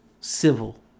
civil